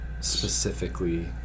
specifically